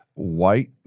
white